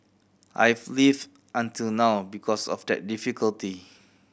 I've lived until now because of that difficulty